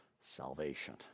salvation